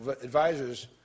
advisors